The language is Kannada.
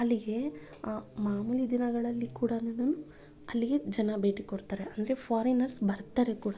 ಅಲ್ಲಿಗೆ ಮಾಮೂಲಿ ದಿನಗಳಲ್ಲಿ ಕೂಡನೂ ಅಲ್ಲಿಗೆ ಜನ ಭೇಟಿ ಕೊಡ್ತಾರೆ ಅಂದರೆ ಫಾರಿನರ್ಸ್ ಬರ್ತಾರೆ ಕೂಡ